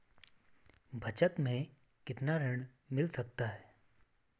बचत मैं कितना ऋण मिल सकता है?